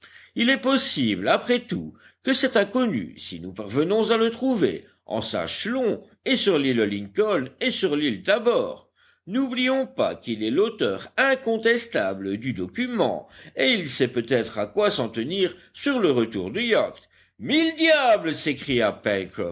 il est possible après tout que cet inconnu si nous parvenons à le trouver en sache long et sur l'île lincoln et sur l'île tabor n'oublions pas qu'il est l'auteur incontestable du document et il sait peut-être à quoi s'en tenir sur le retour du yacht mille diables s'écria